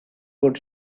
good